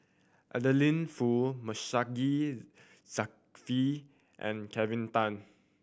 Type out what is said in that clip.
Adeline Foo Masagos Zulkifli and Kelvin Tan